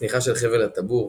צניחה של חבל הטבור,